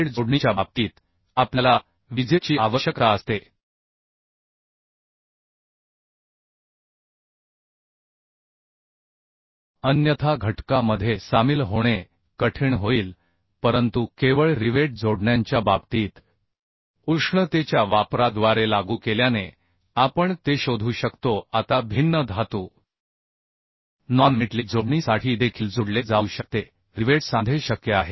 welded जोडणीच्या बाबतीत आपल्याला विजेची आवश्यकता असते अन्यथा घटका मध्ये सामील होणे कठीण होईल परंतु केवळ रिवेट जोडण्यांच्या बाबतीत उष्णतेच्या वापराद्वारे लागू केल्याने आपण ते शोधू शकतो आता भिन्न धातू नॉन मेटलिक जोडणी साठी देखील जोडले जाऊ शकते रिवेट सांधे शक्य आहेत